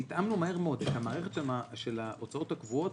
והתאמנו מהר מאוד את המערכת של ההוצאות הקבועות